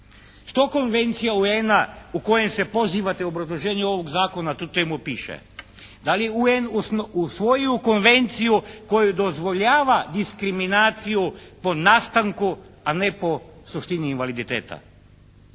Što Konvencija UN-a u kojoj se pozivate u obrazloženju ovog zakona tu temu piše. Da li je UN usvojio konvenciju koju dozvoljava diskriminaciju po nastanku, a ne po suštini invaliditeta.